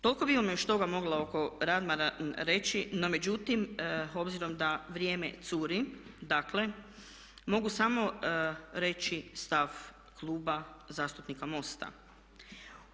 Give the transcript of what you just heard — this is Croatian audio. Toliko bih još toga mogla oko Radmana reći no međutim obzirom da vrijeme curi, dakle mogu samo reći stav Kluba zastupnika MOST-a.